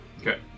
Okay